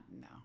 no